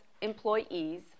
employees